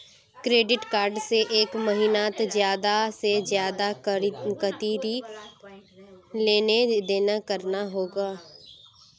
Credit card से एक महीनात ज्यादा से ज्यादा कतेरी लेन देन करवा सकोहो ही?